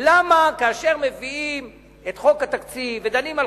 למה כאשר מביאים את חוק התקציב ודנים על